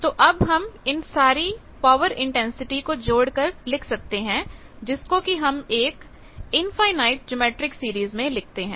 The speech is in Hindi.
तो अब हम इन सारी पावर इंटेंसिटी को जोड़ करके लिख सकते हैं जिसको कि हम एक इनफाईनाइट जियोमीट्रिक सीरीज में लिखते हैं